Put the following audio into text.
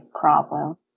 problem